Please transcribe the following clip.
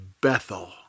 Bethel